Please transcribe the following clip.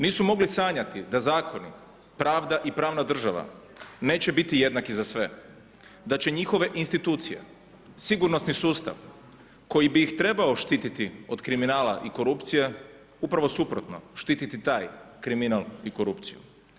Nisu mogli sanjati da zakoni, pravda i pravna država neće biti jednaki za sve, da će njihove institucije, sigurnosni sustav koji bi ih trebao štitit od kriminala i korupcije upravo suprotno, štititi taj kriminal i korupciju.